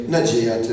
Nadzieja